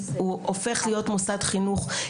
הוא הופך להיות מוסד חינוך.